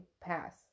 pass